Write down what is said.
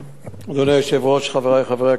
אדוני היושב-ראש, חברי חברי הכנסת,